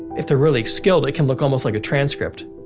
if they're really skilled, it can look almost like a transcript,